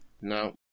No